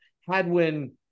Hadwin